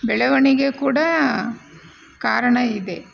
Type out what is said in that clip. ಬೆಳೆವಣಿಗೆ ಕೂಡ ಕಾರಣ ಇದೆ